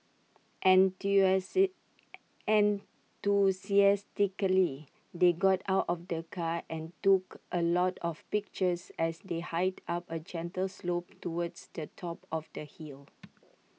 enthusiastically they got out of the car and took A lot of pictures as they hiked up A gentle slope towards the top of the hill